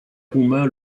roumains